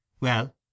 Well